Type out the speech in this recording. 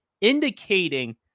indicating